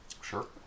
Sure